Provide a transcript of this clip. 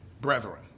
brethren